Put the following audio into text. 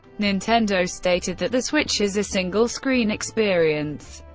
nintendo stated that the switch is a single-screen experience,